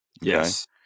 Yes